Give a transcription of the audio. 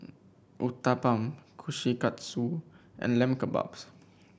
Uthapam Kushikatsu and Lamb Kebabs